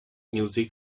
music